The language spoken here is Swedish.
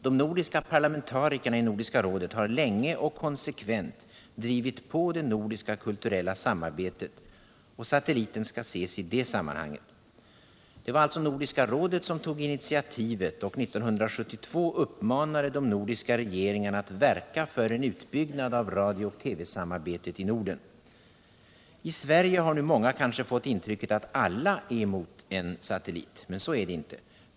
De nordiska parlamentarikerna i Nordiska rådet har länge och konsekvent drivit på det nordiska kulturella samarbetet. TV-satelliten skall ses i detta sammanhang. Det var alltså Nordiska rådet som tog initiativet och 1972 uppmanade de nordiska regeringarna att verka för en utbyggnad av radio och TV-samarbetet i Norden. I Sverige har många kanske fått intrycket att alla är emot en satellit. Men så är det inte.